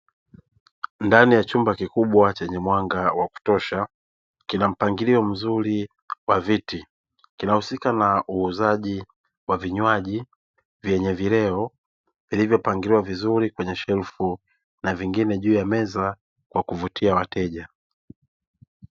Ndani ya chumba kikubwa chenye mwanga wa kutosha kina mpangilio mzuri wa viti. Kinahusika na uuzaji wa vinywaji vyenye vileo vilivyopangiwa vizuri, kwenye shelfu na vingine juu ya meza kwa kuvutia wateja.